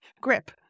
grip